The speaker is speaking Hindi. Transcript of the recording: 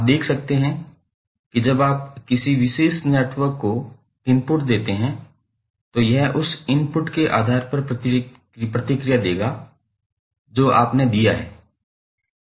आप देख सकते हैं कि जब आप किसी विशेष नेटवर्क को इनपुट देते हैं तो यह उस इनपुट के आधार पर प्रतिक्रिया देगा जो आपने दिया है